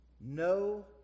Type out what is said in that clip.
no